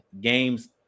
games